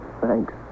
Thanks